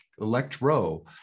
electro